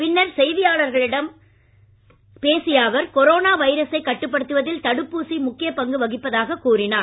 பின்னர் செய்தியாளர்களிடம் பேசிய அவர் கொரோனா வைரசை கட்டுப்படுத்துவதில் தடுப்பூசி முக்கியப் பங்கு வகிப்பதாக கூறினார்